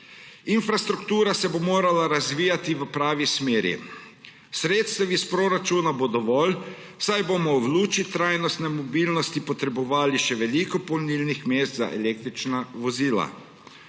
Infrastruktura se bo morala razvijati v pravi smeri. Sredstev iz proračuna bo dovolj, saj bomo v luči trajnostne mobilnosti potrebovali še veliko polnilnih mest za električna vozila.